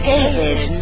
David